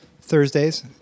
Thursdays